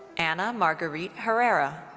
anna marguerite herrera.